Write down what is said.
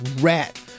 rat